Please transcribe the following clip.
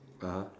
(uh huh)